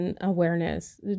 awareness